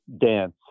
dance